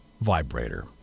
vibrator